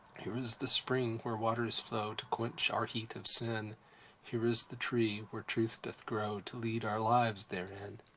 here is the spring where water is flowe to quench our heate of sinne here is the tree where trueth doth grow, to leade our lives therein.